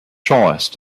choice